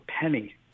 penny